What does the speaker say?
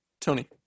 tony